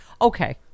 Okay